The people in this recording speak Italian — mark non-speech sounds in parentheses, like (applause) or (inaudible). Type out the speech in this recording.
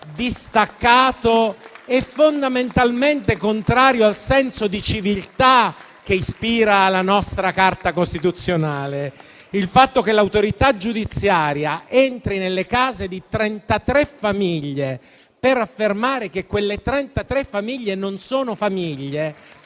distaccato e fondamentalmente contrario al senso di civiltà che ispira la nostra Carta costituzionale. (applause) Il fatto che l'autorità giudiziaria entri nelle case di 33 famiglie per affermare che esse non sono tali